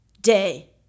day